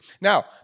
Now